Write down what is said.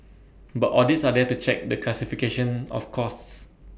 but audits are there to check the classification of costs